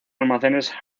almacenes